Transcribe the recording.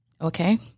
Okay